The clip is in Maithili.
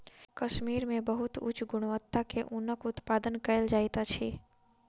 कश्मीर मे बहुत उच्च गुणवत्ता के ऊनक उत्पादन कयल जाइत अछि